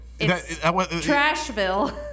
Trashville